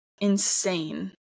insane